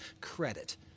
credit